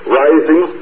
rising